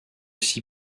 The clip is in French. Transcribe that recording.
aussi